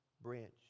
branch